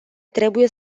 trebuie